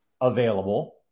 available